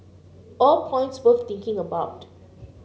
all points worth thinking about